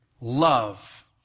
love